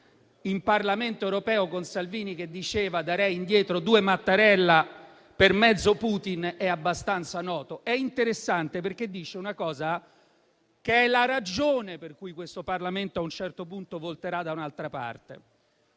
in Parlamento europeo, con Salvini che diceva «darei indietro due Mattarella per mezzo Putin» è abbastanza noto. È interessante perché dice una cosa che è la ragione per cui questo Parlamento, a un certo punto, si volterà da un'altra parte.